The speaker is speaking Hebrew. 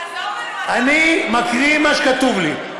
אני מקריא מה שכתוב לי.